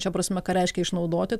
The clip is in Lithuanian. šia prasme ką reiškia išnaudoti